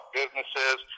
businesses